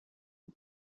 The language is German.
den